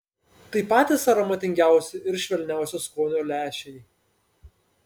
tai patys aromatingiausi ir švelniausio skonio lęšiai